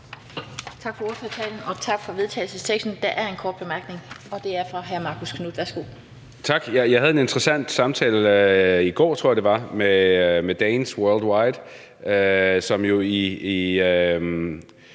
Tak for ordførertalen. Og tak for forslaget til vedtagelse. Der er en kort bemærkning, og det er fra hr. Marcus Knuth. Værsgo. Kl. 15:43 Marcus Knuth (KF): Tak. Jeg havde en interessant samtale i går, tror jeg det var, med Danes Worldwide, som jo i